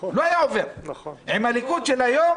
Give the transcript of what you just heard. עם הליכוד של היום